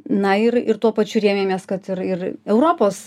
na ir ir tuo pačiu rėmėmės kad ir ir europos